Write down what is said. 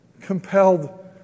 compelled